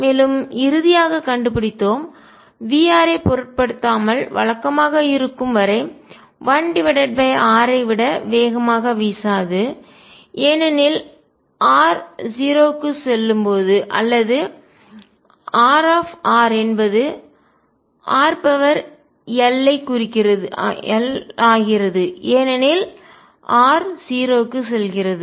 மேலும் இறுதியாகக் கண்டுபிடித்தோம் V ஐப் பொருட்படுத்தாமல் வழக்கமாக இருக்கும் வரை 1 r ஐ விட வேகமாக வீசாது ஏனெனில் r 0 அல்லது R என்பது rl குறிக்கிறது ஏனெனில் r 0 க்கு செல்கிறது